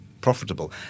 profitable